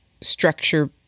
structure